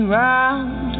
round